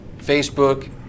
Facebook